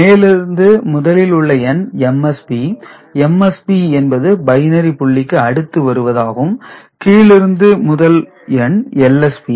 மேலிருந்து முதலில் உள்ள எண் MSB MSB என்பது பைனரி புள்ளிக்கு அடுத்து வருவது ஆகும் கீழிருந்து முதல் எண் LSB